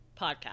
podcast